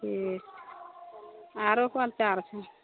ठीक आरो कोन चाउर छौ